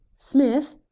smith!